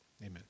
Amen